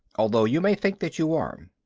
although you may think that you are.